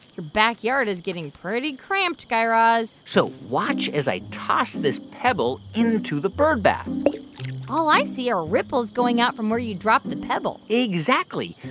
your backyard is getting pretty cramped, guy raz so watch as i toss this pebble into the birdbath all i see are ripples going out from where you dropped the pebble exactly.